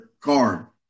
Car